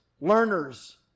learners